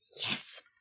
Yes